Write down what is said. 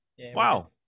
Wow